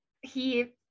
he-